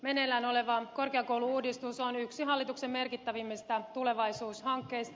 meneillään oleva korkeakoulu uudistus on yksi hallituksen merkittävimmistä tulevaisuushankkeista